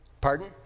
Pardon